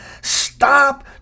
Stop